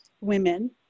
women